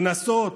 קנסות